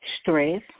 Stress